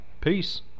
Peace